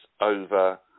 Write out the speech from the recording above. over